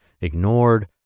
ignored